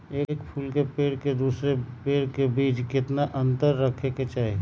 एक फुल के पेड़ के दूसरे पेड़ के बीज केतना अंतर रखके चाहि?